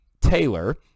Taylor